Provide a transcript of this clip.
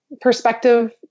perspective